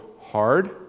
hard